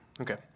Okay